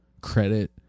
credit